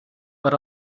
but